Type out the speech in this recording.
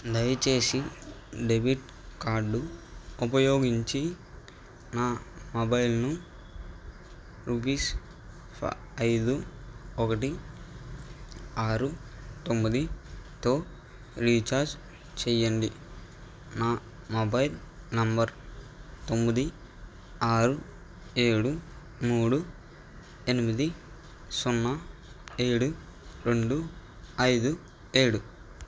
దయచేసి debit card ఉపయోగించి నా మొబైల్ను రుపీస్ ఫ ఐదు ఒకటి ఆరు తొమ్మిదితో రీఛార్జ్ చెయ్యండి నా మొబైల్ నంబర్ తొమ్మిది ఆరు ఏడు మూడు ఎనిమిది సున్నా ఏడు రెండు ఐదు ఏడు